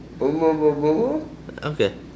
okay